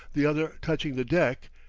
the other touching the deck,